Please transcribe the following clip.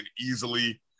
easily